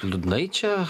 liūdnai čia